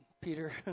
Peter